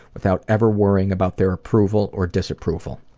without ever worrying about their approval or disapproval.